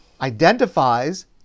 identifies